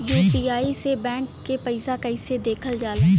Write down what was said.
UPI से bank के पैसा कैसे देखल जाला?